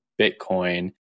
Bitcoin